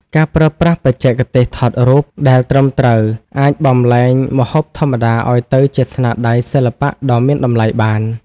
ការប្រើប្រាស់បច្ចេកទេសថតរូបដែលត្រឹមត្រូវ អាចបំប្លែងម្ហូបធម្មតាឱ្យទៅជាស្នាដៃសិល្បៈដ៏មានតម្លៃបាន។